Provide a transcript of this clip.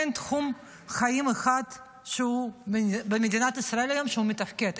אין תחום חיים אחד במדינת ישראל היום שהוא מתפקד.